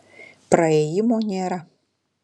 praėjimo nėra